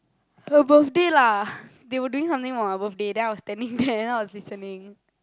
her birthday lah they were doing something for my birthday then I was standing there then I was listening